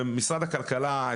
ומשרד הכלכלה,